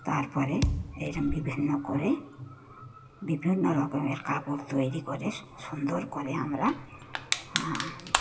তারপরে এরম বিভিন্ন করে বিভিন্ন রকমের কাপড় তৈরি করে সুন্দর করে আমরা